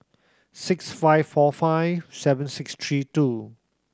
six five four five seven six three two